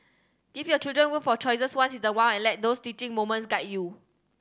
give your children room for choices once in a while and let those teaching moments guide you